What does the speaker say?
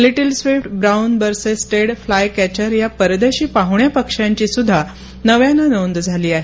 little swift brown breasted flycatcher या परदेशी पाहण्या पक्षांची सुद्धा नव्याने नोंद झाली आहे